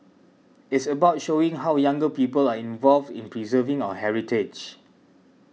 it's about showing how younger people are involved in preserving our heritage